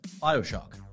Bioshock